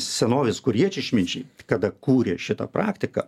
senovės korėjiečių išminčiai kada kūrė šitą praktiką